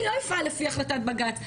אני לא אפעל לפי החלטת בג"ץ,